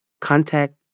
contact